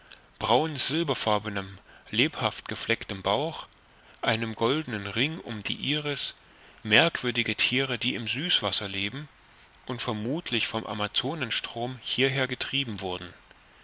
silberfarbenem lebhaft geflecktem bauch einem goldenen ring um die iris merkwürdige thiere die im süßwasser leben und vermuthlich vom amazonenstrom hierher getrieben wurden